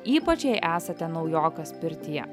ypač jei esate naujokas pirtyje